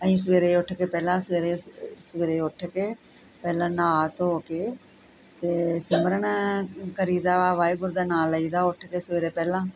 ਅਹੀਂ ਸਵੇਰੇ ਉੱਠ ਕੇ ਪਹਿਲਾਂ ਸਵੇਰੇ ਸਵੇਰੇ ਉੱਠ ਕੇ ਪਹਿਲਾਂ ਨਹਾ ਧੋ ਕੇ ਤੇ ਸਿਮਰਣ ਕਰੀਦਾ ਵਾ ਵਾਹਿਗੁਰੂ ਦਾ ਨਾਂਅ ਲਈ ਦਾ ਉੱਠ ਕੇ ਪਹਿਲਾਂ